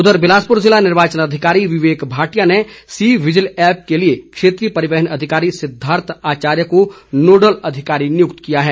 उधर बिलासपुर ज़िला निर्वाचन अधिकारी विवेक भाटिया ने सी विजिल ऐप के लिए क्षेत्रीय परिवहन अधिकारी सिद्धार्थ आचार्य को नोडल अधिकारी नियुक्त किया है